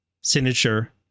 signature